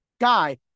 guy